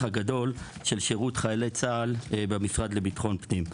הגדול של שירות חיילי צה"ל במשרד לביטחון הפנים.